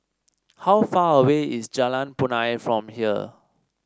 how far away is Jalan Punai from here